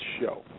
show